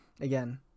again